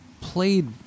played